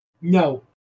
No